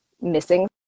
missing